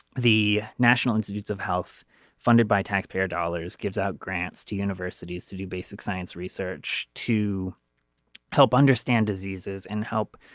the national institutes of health funded by taxpayer dollars gives out grants to universities to do basic science research to help understand diseases and help